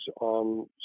on